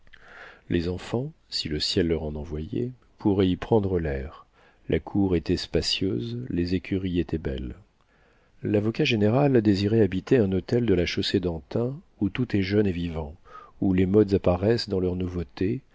les enfants si le ciel leur en envoyait pourraient y prendre l'air la cour était spacieuse les écuries étaient belles lavocat général désirait habiter un hôtel de la chaussée-d'antin où tout est jeune et vivant où les modes apparaissent dans leur nouveauté